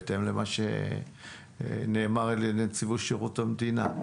בהתאם למה שנאמר על ידי נציבות שירות המדינה.